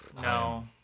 no